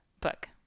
Book